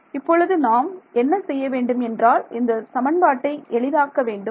இப்பொழுது நாம் என்ன செய்ய வேண்டும் என்றால் இந்த சமன்பாட்டை எளிதாக்க வேண்டும்